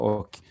och